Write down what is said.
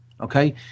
okay